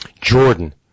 Jordan